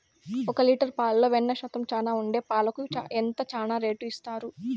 ఒక లీటర్ పాలలో వెన్న శాతం చానా ఉండే పాలకు ఎంత చానా రేటు ఇస్తారు?